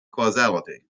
causality